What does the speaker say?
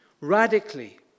radically